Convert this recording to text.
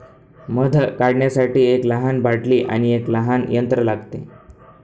मध काढण्यासाठी एक बाटली आणि एक लहान यंत्र लागते